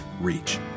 reach